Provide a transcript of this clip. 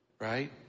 right